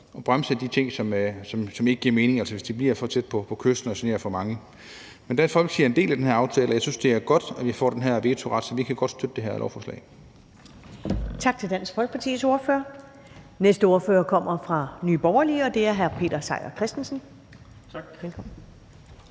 at bremse de ting, som ikke giver mening, altså hvis det bliver for tæt på kysten og generer for mange. Men Dansk Folkeparti er en del af den her aftale, og jeg synes, det er godt, at vi får den her vetoret, så vi kan godt støtte det her lovforslag.